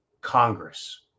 Congress